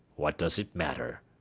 what does it matter?